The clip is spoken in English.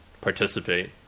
participate